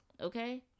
okay